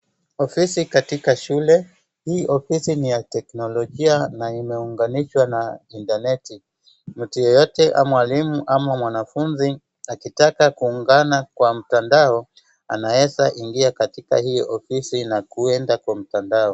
Ofisi katika shule. Hii ofisi ni ya teknolojia na imeunganishwa na intaneti. Mtu yeyote, mwalimu ama mwanafunzi akitaka kuungana kwa mtandao anaweza ingia katika hii ofisi na kuenda kwa mtandao.